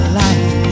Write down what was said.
life